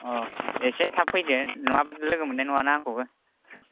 एसे थाब फैदो नङाबा लोगो मोननाय नङाना आंखौबो